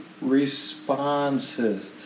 responses